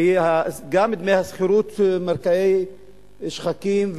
כי גם דמי השכירות מרקיעים שחקים,